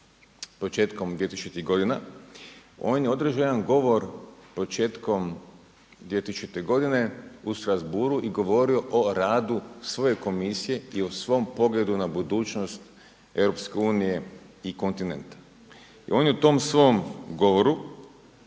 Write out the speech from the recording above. početkom 2000. godina. On je održao jedan govor početkom 2000. godine u Strasbourgu i govorio o radu svoje Komisije i o svom pogledu na budućnost EU i kontinenta. I on je u tom svom govoru